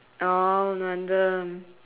oh no wonder